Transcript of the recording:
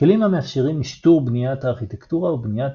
כלים המאפשרים משטור בניית הארכיטקטורה ובניית